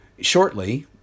shortly